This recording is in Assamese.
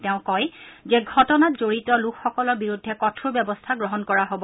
তেওঁ কয় যে ঘটনাত জৰিত লোকসকলৰ বিৰুদ্ধে কঠোৰ ব্যৱস্থা গ্ৰহণ কৰা হ'ব